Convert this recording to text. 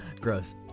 Gross